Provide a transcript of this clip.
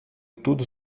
tudo